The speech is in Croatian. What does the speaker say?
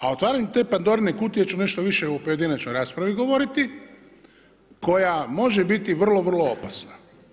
A otvaranjem te Pandorine kutije ću nešto više u pojedinačnoj raspravi govoriti koja može biti vrlo, vrlo opasna.